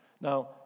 Now